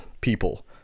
people